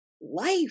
life